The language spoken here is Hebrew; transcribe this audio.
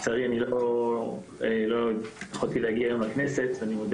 לצערי לא יכולתי להגיע היום לכנסת ואני מודה